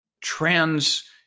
trans